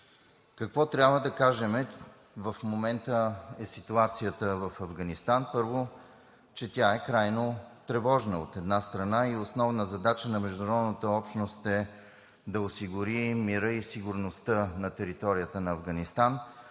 Какво трябва да кажем в момента за ситуацията в Афганистан? Първо, че тя е крайно тревожна, от една страна, и основна задача на международната общност е да осигури мира и сигурността на територията на Афганистан.